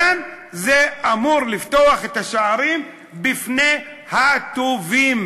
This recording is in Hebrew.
מכאן, זה אמור לפתוח את השערים בפני הטובים,